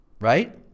Right